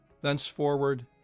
thenceforward